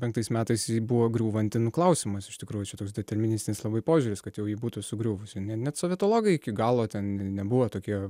penktais metais ji buvo griūvanti nu klausimas iš tikrųjų čia toks deterministinis požiūris kad jau ji būtų sugriuvusi ne net sovietologai iki galo ten ne nebuvo tokie